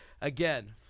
again